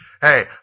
Hey